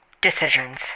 decisions